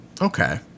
Okay